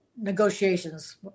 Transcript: negotiations